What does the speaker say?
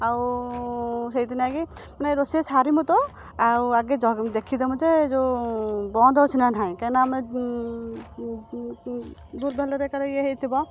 ଆଉ ସେଥିଲାଗି ମାନେ ରୋଷେଇ ସାରିବୁ ତ ଆଉ ଆଗେ ଦେଖିଦେବୁ ଯେ ଯେଉଁ ବନ୍ଦ ଅଛି ନା ନାହିଁ କାହିଁନା ଆମେ ଭୁଲ୍ ଭାଲ୍ରେ କାଳେ ଇଏ ହେଇଥିବ